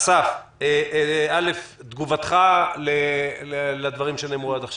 וסרצוג, תגובתך לדברים שנאמרו עד עכשיו.